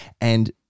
And-